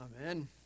Amen